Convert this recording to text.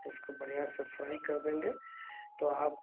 इसको बढ़िया से फ्राई कर देंगे तो आप